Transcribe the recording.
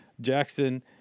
Jackson